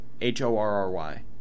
h-o-r-r-y